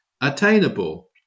attainable